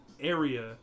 area